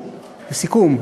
לסיכום,